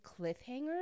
cliffhanger